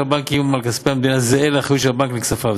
הבנקים לכספי המדינה זהה לאחריות של הבנק לכספיו.